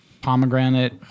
pomegranate